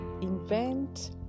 invent